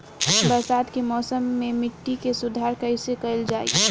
बरसात के मौसम में मिट्टी के सुधार कइसे कइल जाई?